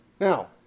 Now